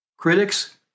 Critics